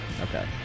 okay